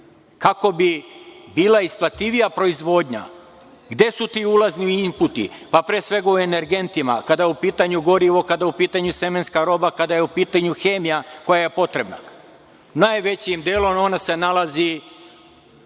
kako bi bila isplativija proizvodnja. Gde su ti ulazni imputi? Pa, pre svega u energentima, kada je u pitanju gorivo, kada je u pitanju semenska roba, kada je u pitanju hemija koja je potrebna. Najvećim delom ona se nalazi